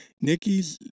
Nikki's